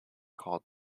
called